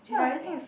but I think